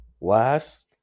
last